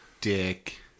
dick